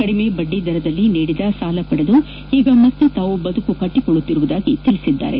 ಕಡಿಮೆ ಬಡ್ಡಿ ದರದಲ್ಲಿ ನೀಡಿದ ಸಾಲ ಪಡೆದು ಈಗ ಮತ್ತೆ ಬದುಕು ಕಟ್ಟಕೊಳ್ಳುತ್ತಿರುವುದಾಗಿ ತಿಳಿಸಿದ್ದಾರೆ